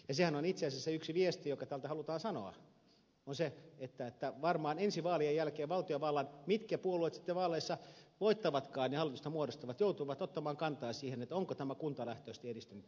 itse asiassa yksi viesti joka täältä halutaan sanoa on se että varmaan ensi vaalien jälkeen valtiovalta mitkä puolueet sitten vaaleissa voittavatkaan ja hallitusta muodostavat joutuu ottamaan kantaa siihen onko tämä kuntalähtöisesti edistynyt riittävän pitkälle